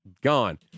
gone